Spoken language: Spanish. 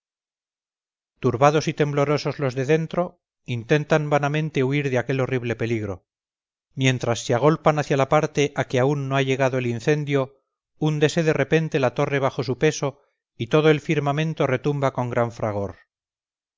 turbados y temblorosos los de dentro intentan vanamente huir de aquel horrible peligro mientras se agolpan hacia la parte a que aún no ha llegado el incendio húndese de repente la torre bajo su peso y todo el firmamento retumba con gran fragor